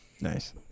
Nice